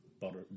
butter